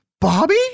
Bobby